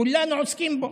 כולנו עוסקים בו.